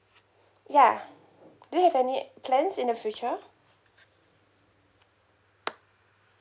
ya do you have any plans in the future